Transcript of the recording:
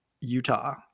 Utah